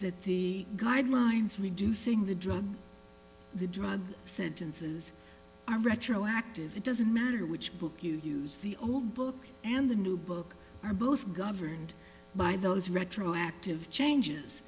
that the guidelines reducing the drug the drug said and says are retroactive it doesn't matter which book you use the old book and the new book are both governed by those retroactive changes